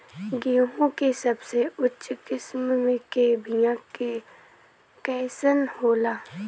गेहूँ के सबसे उच्च किस्म के बीया कैसन होला?